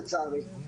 לצערי.